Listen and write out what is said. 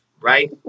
right